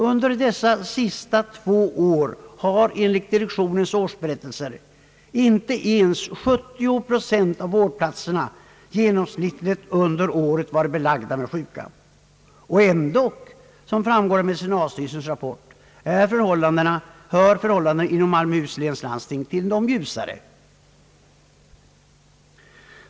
Under dessa senaste två år har enligt direktionens årsberättelse inte ens 70 procent av vårdplatserna genomsnittligt under året varit belagda med sjuka. Ändå hör förhållandena inom Malmöhus läns landsting, som framgår av medicinalstyrelsens rapport, till de ljusare.